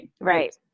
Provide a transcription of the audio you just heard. Right